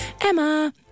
Emma